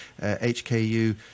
HKU